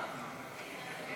יאיר